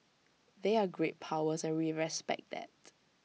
they're great powers and we respect that